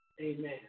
Amen